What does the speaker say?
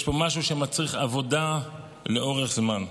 יש פה משהו שמצריך עבודה לאורך זמן.